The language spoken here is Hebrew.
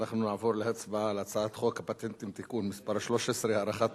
אנחנו נעבור להצבעה על הצעת חוק הפטנטים (תיקון מס' 13) (הארכת